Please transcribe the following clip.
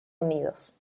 unidos